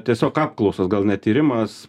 tiesiog apklausos gal ne tyrimas